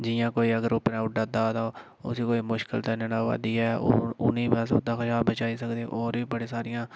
जियां कोई अगर उप्परै उड्डा दा उसी कोई मुश्कल ते नेईं न होऐ दी ओह् उ'नेंगी बस ओहदे कशा बचाई सकदे होर बी बड़ी सारियां